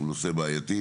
הוא נושא בעייתי,